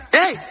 Hey